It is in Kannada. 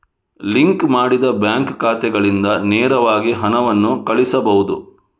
ಲಿಂಕ್ ಮಾಡಿದ ಬ್ಯಾಂಕ್ ಖಾತೆಗಳಿಂದ ನೇರವಾಗಿ ಹಣವನ್ನು ಕಳುಹಿಸಬಹುದು